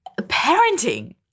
Parenting